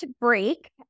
break